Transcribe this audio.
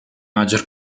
maggior